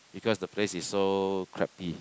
because the place is so creepy